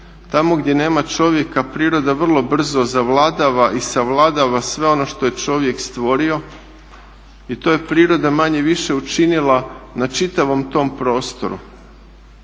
Tamo gdje nema čovjeka priroda vrlo brzo zavladava i savladava sve ono što je čovjek stvorio. I to je priroda manje-više učinila na čitavom tom prostoru